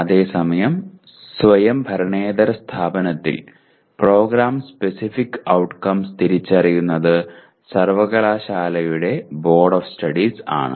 അതേസമയം സ്വയംഭരണേതര സ്ഥാപനത്തിൽ പ്രോഗ്രാം സ്പെസിഫിക് ഔട്ട്കംസ് തിരിച്ചറിയുന്നത് സർവകലാശാലയുടെ ബോർഡ് ഓഫ് സ്റ്റഡീസ് ആണ്